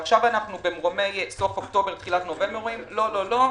עכשיו אנחנו בסוף אוקטובר, אומרים: לא- -- לא.